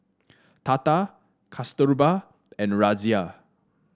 Tata Kasturba and Razia